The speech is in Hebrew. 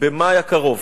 במאי הקרוב.